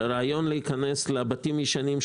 הרעיון הוא להיכנס לבתים ישנים,